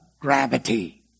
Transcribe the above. gravity